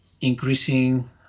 increasing